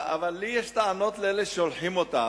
אבל לי יש טענות לאלה ששולחים אותם,